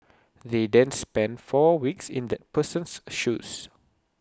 they then spend four weeks in that person's shoes